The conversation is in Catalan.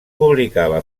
publicava